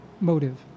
motive